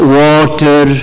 water